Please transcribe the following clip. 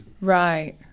right